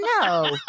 No